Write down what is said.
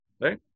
Right